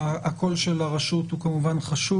הקול של הרשות הוא כמובן חשוב.